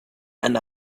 and